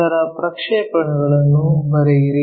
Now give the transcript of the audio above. ಅದರ ಪ್ರಕ್ಷೇಪಗಳನ್ನು ಬರೆಯಿರಿ